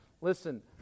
listen